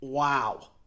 Wow